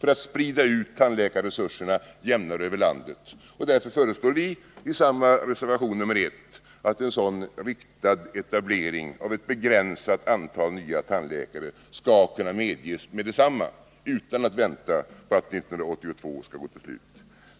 för att sprida ut tandläkarresurserna jämnare över landet. Därför föreslår vi i samma reservation, nr 1, att en sådan riktad etablering av ett begränsat antal nya tandläkare skall kunna medges med detsamma utan att man väntar på att 1982 skall gå ut.